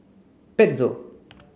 pezzo